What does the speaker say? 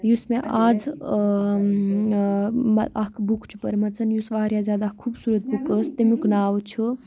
یُس مےٚ اَزٕ ٲں ٲم اَکھ بُک چھِ پٔرمٕژ یُس واریاہ زِیادٕ اَکھ خُوبصُورَت بُک ٲسۍ تمِیُک ناو چھُ